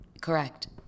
correct